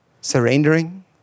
surrendering